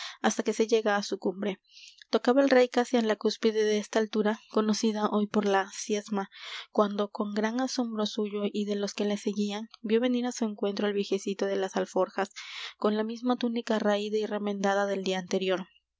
hasta que se llega á su cumbre tocaba el rey casi á la cúspide de esta altura conocida hoy por la ciezma cuando con gran asombro suyo y de los que le seguían vió venir á su encuentro al viejecito de las alforjas con la misma túnica raída y remendada del día anterior